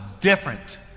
different